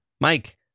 Mike